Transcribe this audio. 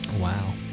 wow